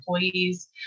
employees